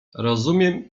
rozumiem